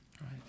right